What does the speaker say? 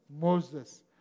Moses